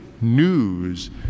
news